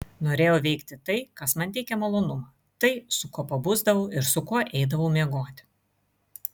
norėjau veikti tai kas man teikia malonumą tai su kuo pabusdavau ir su kuo eidavau miegoti